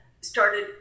started